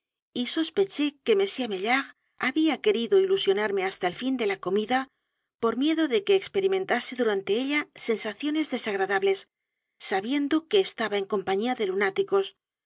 y sospeché que m maillard había querido ilusionarme hasta el fin de la comida por miedo de que experimentase durante ella sensaciones desagradables sabiendo que estaba en compañía de lunáticos